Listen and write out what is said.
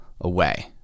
away